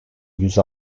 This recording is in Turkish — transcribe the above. yüz